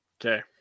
Okay